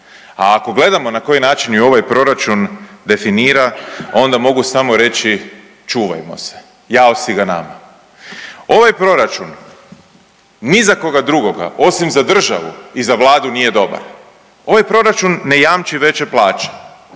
A ako gledamo na koji način i ovaj proračun definira onda mogu samo reći čuvajmo se, jao si ga nama. Ovaj proračun ni za koga drugoga osim za državu i za Vladu nije dobar. Ovaj proračun ne jamči veće plaće.